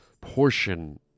portion